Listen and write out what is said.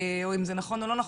או אם זה נכון או לא,